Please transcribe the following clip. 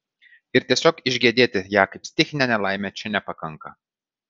ir tiesiog išgedėti ją kaip stichinę nelaimę čia nepakanka